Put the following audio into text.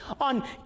On